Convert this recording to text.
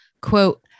quote